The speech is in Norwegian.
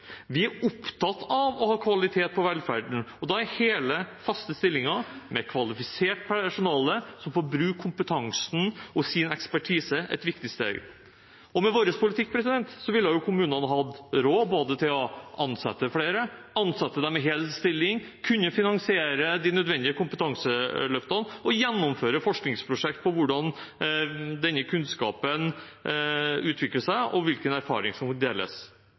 Vi er opptatt av å ha kvalitet på velferden, og da er hele, faste stillinger med kvalifisert personale som får bruke kompetansen og ekspertisen sin, et viktig steg. Med vår politikk ville kommunene ha hatt råd til både å ansette flere og å ansette dem i hel stilling, og til å kunne finansiere de nødvendige kompetanseløftene og gjennomføre forskningsprosjekter om hvordan denne kunnskapen utvikler seg, og hvilken erfaring som må deles.